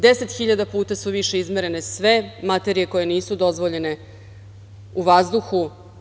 Deset hiljada puta su više izmere sve materije koje nisu dozvoljene u vazduhu.